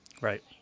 Right